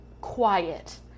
quiet